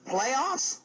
Playoffs